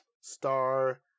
Star